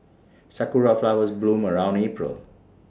Sakura Flowers bloom around April